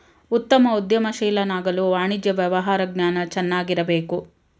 ಉತ್ತಮ ಉದ್ಯಮಶೀಲನಾಗಲು ವಾಣಿಜ್ಯ ವ್ಯವಹಾರ ಜ್ಞಾನ ಚೆನ್ನಾಗಿರಬೇಕು